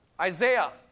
Isaiah